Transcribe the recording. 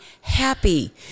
happy